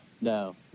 No